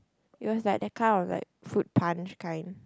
it was like the kind of like fruit punch kind